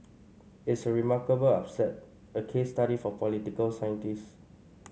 it's a remarkable upset a case study for political scientists